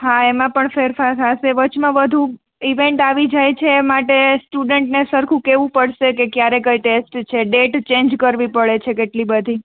હા એમાં પણ ફેરફાર થાશે વચમાં બધુ ઈવેન્ટ આવી જાય છે માટે સ્ટુડન્ટને સરખું કેવું પડશે કે ક્યારે કઈ ટેસ્ટ છે ડેટ ચેંજ કરવી પડે છે કેટલી બધી